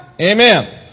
Amen